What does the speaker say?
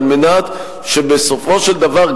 על מנת שבסופו של דבר,